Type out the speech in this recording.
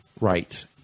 Right